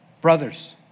Brothers